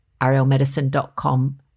rlmedicine.com